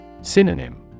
Synonym